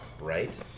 Right